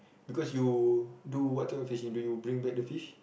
because you do what type of fishing do you bring back the fish